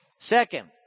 second